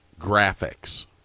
graphics